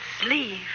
sleeve